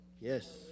Yes